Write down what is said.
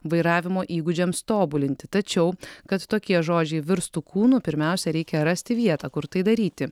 vairavimo įgūdžiams tobulinti tačiau kad tokie žodžiai virstų kūnu pirmiausia reikia rasti vietą kur tai daryti